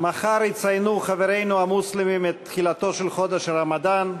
מחר יציינו חברינו המוסלמים את תחילתו של חודש הרמדאן.